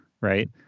right